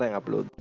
uploads.